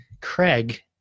Craig